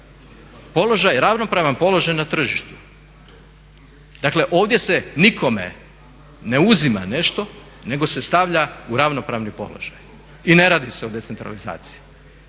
ravnopravan položaj na tržištu. Dakle ovdje se nikome ne uzima nešto nego se stavlja u ravnopravni položaj. I ne radi se o decentralizaciji.